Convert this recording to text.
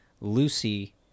lucy